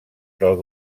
del